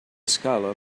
escala